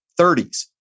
30s